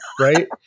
Right